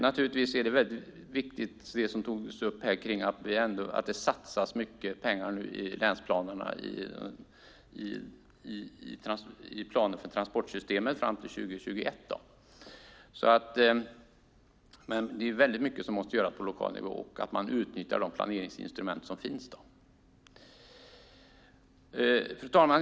Naturligtvis är det som togs upp här om att det nu satsas mycket pengar i länsplanerna för transportsystemet fram till 2021 viktigt. Men det är mycket som måste göras på lokal nivå, och då måste man utnyttja de planeringsinstrument som finns. Fru talman!